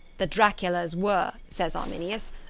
the draculas were, says arminius,